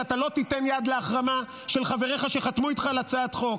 שאתה לא תיתן יד להחרמה של חבריך שחתמו איתך על הצעת חוק.